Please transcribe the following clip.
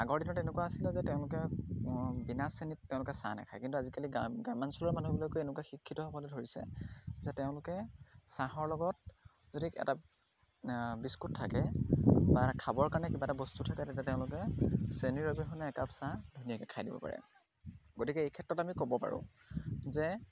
আগৰ দিনত এনেকুৱা আছিলে যে তেওঁলোকে বিনা চেনীত তেওঁলোকে চাহ নেখায় কিন্তু আজিকালি গ্ৰাম গ্ৰাম্যাঞ্চলৰ মানুহবিলাকে এনেকুৱা শিক্ষিত হ'বলৈ ধৰিছে যে তেওঁলোকে চাহৰ লগত যদি এটা বিস্কুট থাকে বা খাবৰ কাৰণে কিবা এটা বস্তু থাকে তেতিয়া তেওঁলোকে চেনীৰ অবিহনে একাপ চাহ ধুনীয়াকৈ খাই দিব পাৰে গতিকে এই ক্ষেত্ৰত আমি ক'ব পাৰোঁ যে